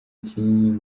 kinini